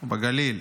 בגליל.